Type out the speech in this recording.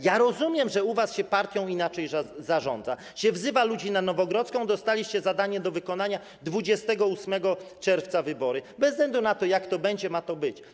Ja rozumiem, że u was się partią inaczej zarządza, wzywa się ludzi na Nowogrodzką: dostaliście zadanie do wykonania, 28 czerwca wybory, bez względu na to, jak to będzie, ma to być.